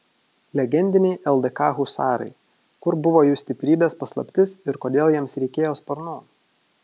legendiniai ldk husarai kur buvo jų stiprybės paslaptis ir kodėl jiems reikėjo sparnų